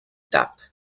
top